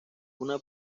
una